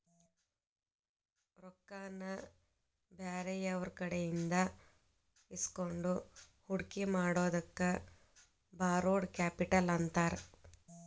ರೊಕ್ಕಾನ ಬ್ಯಾರೆಯವ್ರಕಡೆಇಂದಾ ಇಸ್ಕೊಂಡ್ ಹೂಡ್ಕಿ ಮಾಡೊದಕ್ಕ ಬಾರೊಡ್ ಕ್ಯಾಪಿಟಲ್ ಅಂತಾರ